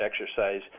exercise